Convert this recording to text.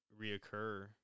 reoccur